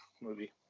movie